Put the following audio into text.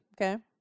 okay